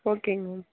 ஓகேங்க மேம்